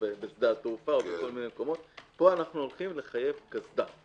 בשדה התעופה ובכל מיני מקומות - פה אנחנו הולכים לחייב קסדה.